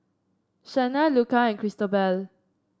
Shanna Luca and Cristobal